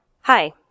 Hi